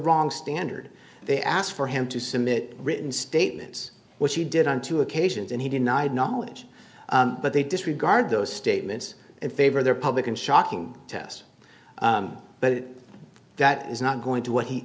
wrong standard they asked for him to submit written statements which he did on two occasions and he denied knowledge but they disregard those statements in favor of their public and shocking test but that is not going to what he